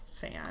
fan